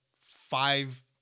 five